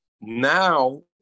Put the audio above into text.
Now